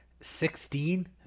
Sixteen